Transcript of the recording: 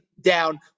down